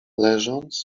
leżąc